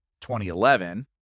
2011